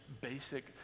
basic